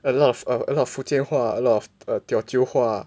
a lot of a lot of 福建话 a lot of Teochew 话